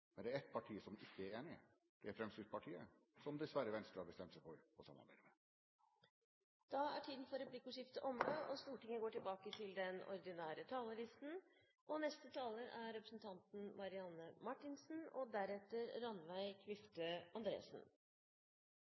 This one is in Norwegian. men det er ett parti som ikke er enig, det er Fremskrittspartiet – som Venstre dessverre har bestemt seg for å samarbeide med. Replikkordskiftet er omme. Da vi startet denne debatten i går, var det åpenbart at opposisjonen hadde bestemt seg for at årets moteord er